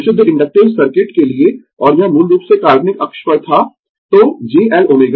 विशुद्ध inductive circuit के लिए और यह मूल रूप से काल्पनिक अक्ष पर था तो j Lω